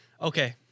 okay